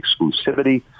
exclusivity